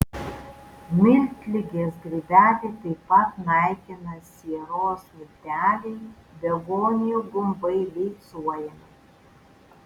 miltligės grybelį taip pat naikina sieros milteliai begonijų gumbai beicuojami